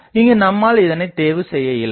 இங்கு நம்மால் இதனைத் தேர்வு செய்ய இயலாது